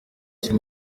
kiri